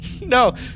no